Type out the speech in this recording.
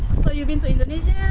so you've been to indonesian